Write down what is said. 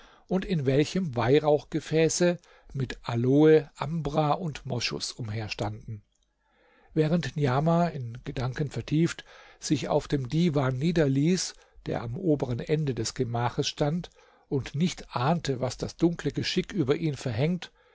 und in welchem weihrauchgefäße mit aloe ambra und moschus umherstanden während niamah in gedanken vertieft sich auf dem divan niederließ der am obern ende des gemaches stand und nicht ahnte was das dunkle geschick über ihn verhängt